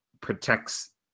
protects